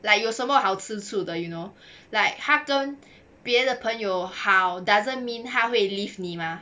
like 有什么好吃吃醋的 you know 他跟别的朋友好 doesn't mean 他会 leave 你 mah